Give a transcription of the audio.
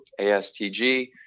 ASTG